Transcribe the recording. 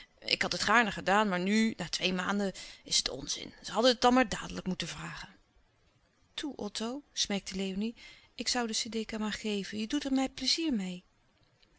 ik had het gaarne gedaan maar nu na twee maanden is het onzin zij hadden het dan maar dadelijk moeten vragen toe otto smeekte léonie ik zoû de sedeka maar geven je doet er mij pleizier meê